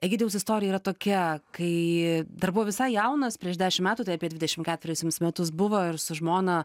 egidijaus istorija yra tokia kai dar buvo visai jaunas prieš dešim metų tai apie dvidešim keturis jums metus buvo ir su žmona